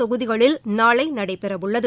தொகுதிகளில் நாளை நடைபெறவுள்ளது